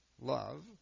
love